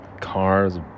Cars